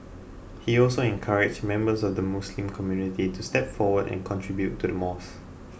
he also encouraged members of the Muslim community to step forward and contribute to the mosque